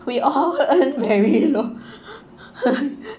we all earned very low